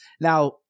Now